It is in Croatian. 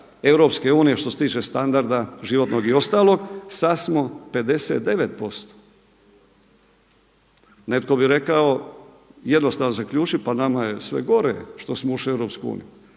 Europske unije što se tiče standarda životnog i ostalog. Sada smo 59%. Netko bi rekao jednostavno je za zaključit, pa nama je sve gore što smo ušli u Europsku uniju.